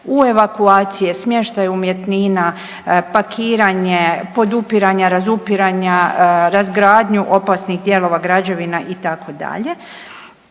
u evakuacije, smještaj umjetnina, pakiranje, podupiranja, razupiranja, razgradnju opasnih dijelova građevina itd.